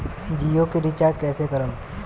जियो के रीचार्ज कैसे करेम?